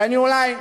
שאני אולי,